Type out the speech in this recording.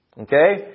Okay